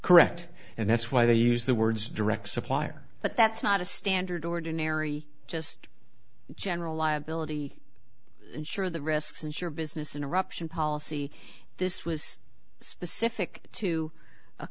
correct and that's why they use the words direct supplier but that's not a standard ordinary just general liability sure of the risk since your business interruption policy this was specific to a